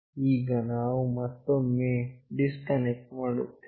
ಈಗ ನಾನು ಮತ್ತೊಮ್ಮೆ ಡಿಸ್ಕನೆಕ್ಟ್ ಮಾಡುತ್ತೇನೆ